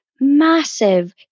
massive